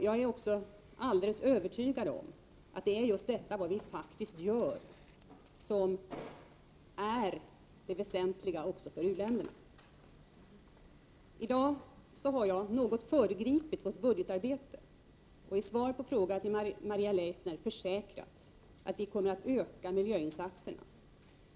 Jag är övertygad om att det vi gör är det väsentliga också för u-länderna. I dag har jag något föregripit budgetarbetet och i svaret på frågan till Maria Leissner försäkrat att vi kommer att öka miljöinsatserna.